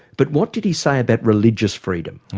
but what did he say about religious freedom? and